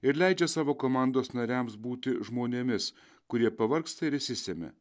ir leidžia savo komandos nariams būti žmonėmis kurie pavargsta ir išsisemia